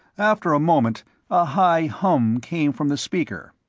after a moment a high hum came from the speaker.